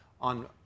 on